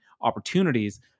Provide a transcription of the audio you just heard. opportunities